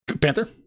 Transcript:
panther